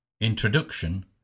Introduction